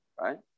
Right